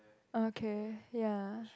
okay ya